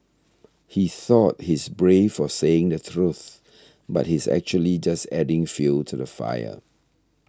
he thought he's brave for saying the truth but he's actually just adding fuel to the fire